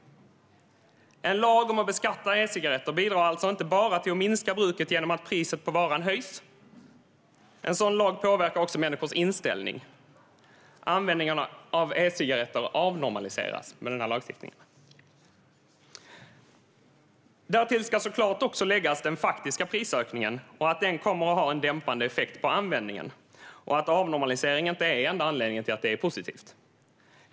En lag om att beskatta e-cigaretter bidrar alltså inte bara till att minska bruket genom att priset på varan höjs. En sådan lag påverkar också människors inställning. Användningen av e-cigaretter avnormaliseras med den här lagstiftningen. Därtill ska såklart också läggas att den faktiska prisökningen kommer att ha en dämpande effekt på användningen och att avnormalisering inte är enda anledningen till att det är positivt.